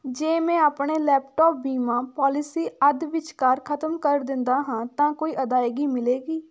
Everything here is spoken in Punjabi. ਜੇ ਮੈਂ ਆਪਣੇ ਲੈਪਟੋਪ ਬੀਮਾ ਪੌਲਿਸੀ ਅੱਧ ਵਿੱਚਕਾਰ ਖ਼ਤਮ ਕਰ ਦਿੰਦਾ ਹਾਂ ਤਾਂ ਕੋਈ ਅਦਾਇਗੀ ਮਿਲੇਗੀ